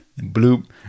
bloop